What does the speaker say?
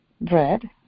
bread